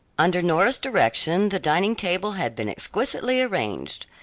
under nora's direction the dining-table had been exquisitely arranged.